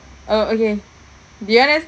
oh okay do you want to